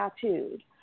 tattooed